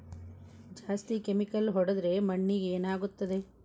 ಜಾಸ್ತಿ ಕೆಮಿಕಲ್ ಹೊಡೆದ್ರ ಮಣ್ಣಿಗೆ ಏನಾಗುತ್ತದೆ?